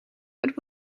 but